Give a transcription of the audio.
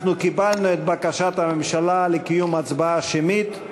אנחנו קיבלנו את בקשת הממשלה לקיום הצבעה שמית,